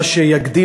מה שיגדיל,